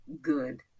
good